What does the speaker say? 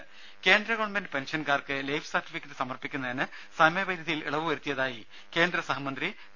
രുര കേന്ദ്ര ഗവൺമെന്റ് പെൻഷൻകാർക്ക് ലൈഫ് സർട്ടിഫിക്കറ്റ് സമർപ്പിക്കുന്നതിന് സമയപരിധിയിൽ ഇളവു വരുത്തിയതായി കേന്ദ്ര സഹമന്ത്രി ഡോ